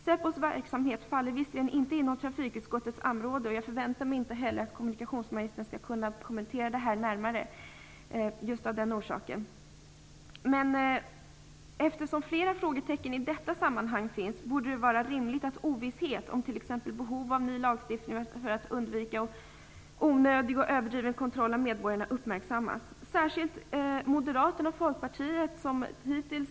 Säpos verksamhet ligger visserligen inte inom trafikutskottets område, och jag förväntar mig av den orsaken inte heller att kommunikationsministern skall kunna kommentera detta närmare, men eftersom det finns flera frågetecken i detta sammanhang borde det vara rimligt att uppmärksamma ovissheten om t.ex. behov av ny lagstiftning för att undvika onödig och överdriven kontroll av medborgarna. Vi tycker det är särskilt anmärkningsvärt att Moderaterna och Folkpartiet har varit så tysta.